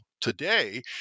today